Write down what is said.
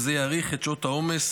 וזה יאריך את שעות העומס,